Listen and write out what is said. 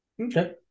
Okay